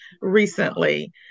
recently